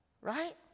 Right